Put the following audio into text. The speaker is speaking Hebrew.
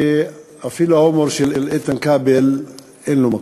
שאפילו ההומור של איתן כבל אין לו מקום.